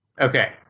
Okay